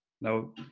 Now